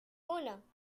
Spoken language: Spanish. uno